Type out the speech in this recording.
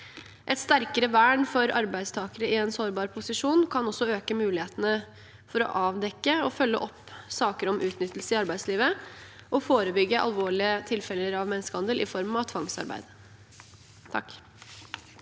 Et sterkere vern for arbeidstakere i en sårbar posisjon kan også øke mulighetene for å avdekke og følge opp saker om utnyttelse i arbeidslivet og forebygge alvorlige tilfeller av menneskehandel i form av tvangsarbeid.